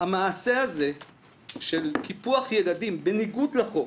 המעשה הזה של קיפוח ילדים, בניגוד לחוק,